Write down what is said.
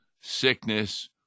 sickness